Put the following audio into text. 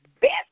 best